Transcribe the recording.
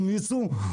עם יצוא,